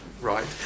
right